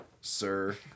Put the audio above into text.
sir